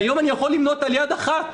היום אני יכול למנות על יד אחת,